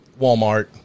Walmart